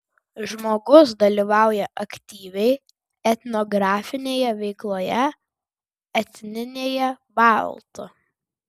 žmogus dalyvauja aktyviai etnografinėje veikloje etninėje baltų